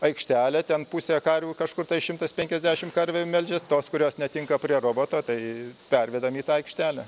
aikštelę ten pusę karvių kažkur tai šimtas penkiasdešim karvių melžias tos kurios netinka prie roboto tai pervedam į tą aikštelę